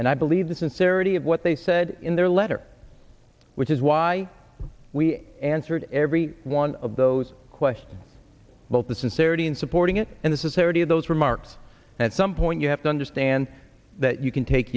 and i believe the sincerity of what they said in their letter which is why we answered every one of those questions about the sincerity in supporting it and this is heresy of those remarks at some point you have to understand that you can take